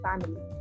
family